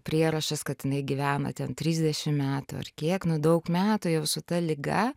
prierašas kad jinai gyvena ten trisdešim metų ar kiek nu daug metų jau su ta liga